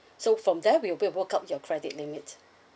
so from there we will work out your credit limit